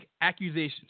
accusations